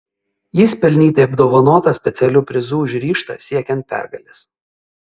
jis pelnytai apdovanotas specialiu prizu už ryžtą siekiant pergalės